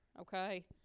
okay